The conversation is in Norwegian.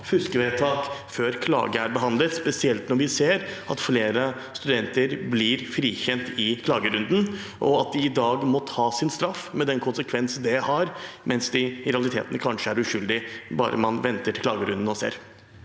fuskevedtak før klage er behandlet, spesielt når vi ser at flere studenter blir frikjent i klagerunden, og at de i dag må ta sin straff, med den konsekvens det har, mens de i realiteten kanskje er uskyldige, bare man venter og ser til klagerunden.